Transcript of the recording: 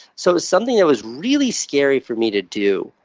so it was something that was really scary for me to do.